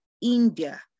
India